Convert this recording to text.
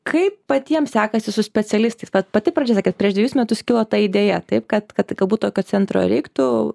kaip patiem sekasi su specialistais vat pati pradžia sakėt prieš dvejus metus kilo ta idėja taip kad kad galbūt tokio centro reiktų